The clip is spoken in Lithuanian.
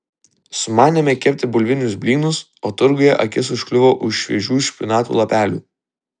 sumanėme kepti bulvinius blynus o turguje akis užkliuvo už šviežių špinatų lapelių